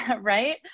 right